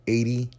Eighty